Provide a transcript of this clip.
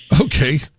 Okay